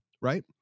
Right